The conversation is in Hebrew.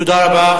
תודה רבה.